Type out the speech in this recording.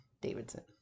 Davidson